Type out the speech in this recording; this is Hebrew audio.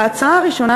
ההצעה הראשונה,